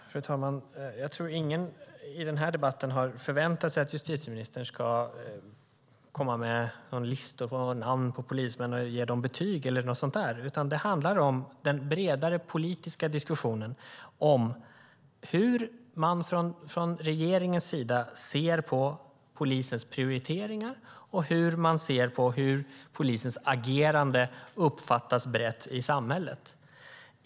Fru talman! Jag tror inte att någon i den här debatten har förväntat sig att justitieministern ska komma med några listor med namn på polismän, ge dem betyg eller något sådant där. Det handlar om den bredare politiska diskussionen om hur man från regeringens sida ser på polisens prioriteringar och hur man ser på hur polisens agerande uppfattas brett i samhället.